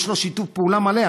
יש לו שיתוף פעולה מלא,